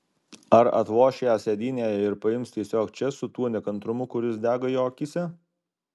ar atloš ją sėdynėje ir paims tiesiog čia su tuo nekantrumu kuris dega jo akyse